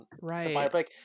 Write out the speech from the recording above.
right